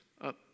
up